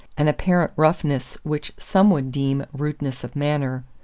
an apparent roughness which some would deem rudeness of manner.